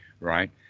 right